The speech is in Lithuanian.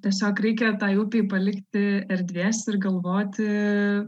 tiesiog reikia tai upei palikti erdvės ir galvoti